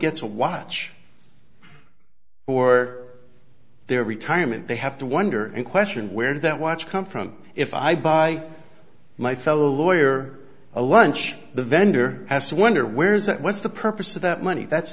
gets a watch or their retirement they have to wonder and question where that watch come from if i buy my fellow a lawyer a lunch the vendor has to wonder where's that what's the purpose of that money that's